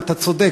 אתה צודק,